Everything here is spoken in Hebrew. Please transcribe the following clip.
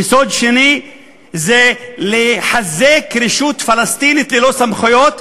יסוד שני זה לחזק רשות פלסטינית ללא סמכויות.